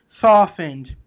softened